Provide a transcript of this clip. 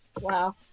Wow